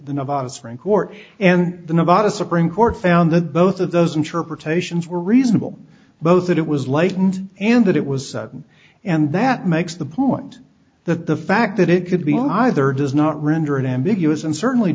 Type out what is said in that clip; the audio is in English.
the nevada spring court and the nevada supreme court found that both of those interpretations were reasonable both that it was latent and that it was and that makes the point that the fact that it could be either does not render it ambiguous and certainly